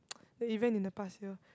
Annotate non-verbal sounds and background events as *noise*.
*noise* the event in the past year